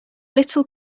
little